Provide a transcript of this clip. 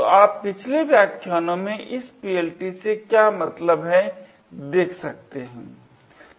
तो आप पिछले व्याख्यानों में इस PLT से क्या मतलब है देख सकते है